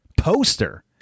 Poster